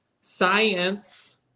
science